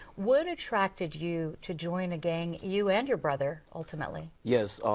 what attracted you to join a gang, you and your brother ultimately? yes,